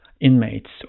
inmates